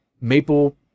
maple